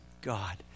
God